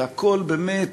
והכול באמת,